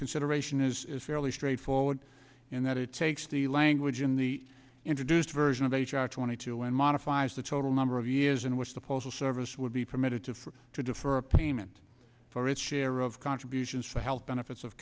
consideration is fairly straightforward in that it takes the language in the introduced version of h r twenty two and modifies the total number of years in which the postal service would be permitted to for to defer a payment for its share of contributions for health benefits of